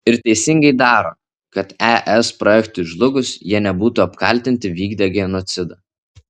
ir teisingai daro kad es projektui žlugus jie nebūtų apkaltinti vykdę genocidą